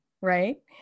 right